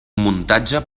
muntatge